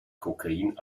kokain